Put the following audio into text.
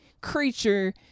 creature